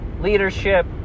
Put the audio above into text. leadership